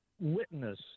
witness